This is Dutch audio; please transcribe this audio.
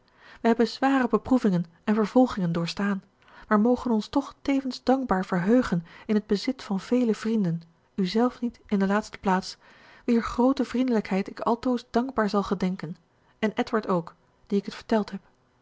wij hebben zware beproevingen en vervolgingen doorstaan maar mogen ons toch tevens dankbaar verheugen in t bezit van vele vrienden uzelf niet in de laatste plaats wier groote vriendelijkheid ik altoos dankbaar zal gedenken en edward ook die ik het verteld heb